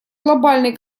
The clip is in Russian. глобальный